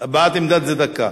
הבעת עמדה זה דקה.